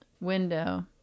window